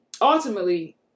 ultimately